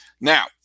Now